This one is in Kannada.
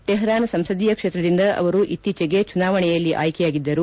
ಟೆಹ್ರಾನ್ ಸಂಸದೀಯ ಕ್ಷೇತ್ರದಿಂದ ಅವರು ಇತ್ತೀಚೆಗೆ ಚುನಾವಣೆಯಲ್ಲಿ ಆಯ್ತೆಯಾಗಿದ್ದರು